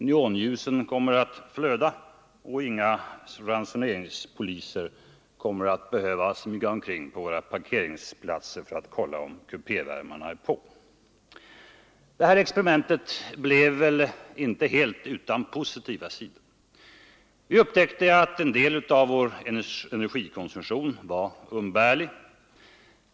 Neonljusen kommer att flöda, och inga ransoneringspoliser kommer att behöva smyga omkring på våra parkeringsplatser för att kolla om kupévärmarna är på. Det här experimentet blev inte helt utan positiva sidor. Vi upptäckte att en del av vår energikonsumtion var umbärlig.